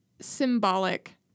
symbolic